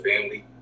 family